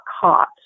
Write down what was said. caught